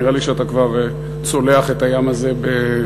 ונראה לי שאתה כבר צולח את הים הזה בכוחות,